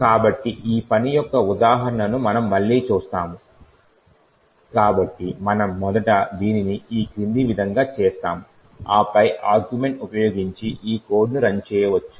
కాబట్టి ఈ పని యొక్క ఉదాహరణను మనం మళ్ళీ చూస్తాము కాబట్టి మనం మొదట దీనిని ఈ క్రింది విధంగా చేస్తాము ఆపై ఈ ఆర్గ్యుమెంట్ ఉపయోగించి ఈ కోడ్ ను రన్ చేయవచ్చు